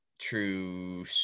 true